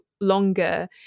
longer